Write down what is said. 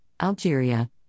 Algeria